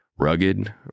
Rugged